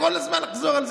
כל הזמן לחזור על זה.